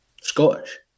Scottish